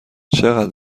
چقدر